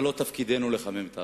לא תפקידנו לחמם את האווירה.